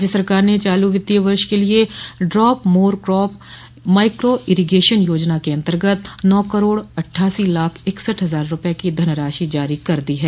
राज्य सरकार ने चालू वित्तीय वर्ष के लिए ड्राप मोरक्रॉप माइक्रोइरीगेशन योजना के अन्तर्गत नौ करोड़ अट्ठासी लाख इकसठ हजार रूपये की धनराशि जारी कर दी है